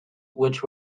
which